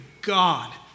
God